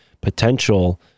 potential